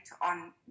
on